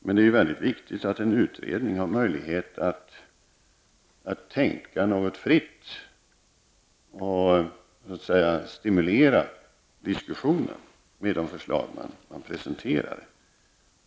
Men det är mycket viktigt att en utredning har möjlighet att tänka fritt och stimulera diskussionen med de förslag som presenteras.